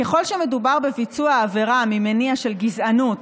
ככל שמדובר בביצוע עבירה ממניע של גזענות,